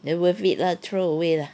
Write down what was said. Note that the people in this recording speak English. then worth it lah throw away lah